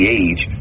age